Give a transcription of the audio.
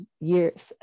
years